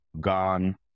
gone